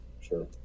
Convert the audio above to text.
Sure